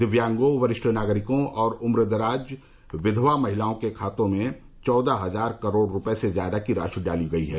दिव्यांगों वरिष्ठ नागरिकों और उम्रदराज विधवा महिलाओं के खातों में चौदह हजार करोड़ रुपये से ज्यादा की राशि डाली गई है